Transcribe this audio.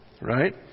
right